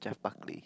Jeff-Barkley